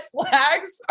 flags